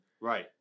right